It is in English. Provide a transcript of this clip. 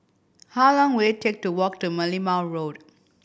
how long will it take to walk to Merlimau Road